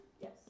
Yes